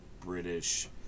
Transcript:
British